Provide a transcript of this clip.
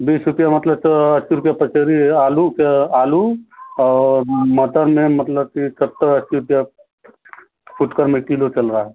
बीस रुपये मतलब तो अस्सी रुपये पसेरी है आलू के आलू और मटर में है मतलब कि सत्तर अस्सी रुपये फुटकर में किलो चल रहा है